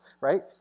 right